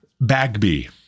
Bagby